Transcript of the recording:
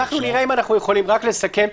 רק לסכם,